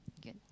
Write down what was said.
Good